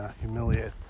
humiliate